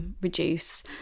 reduce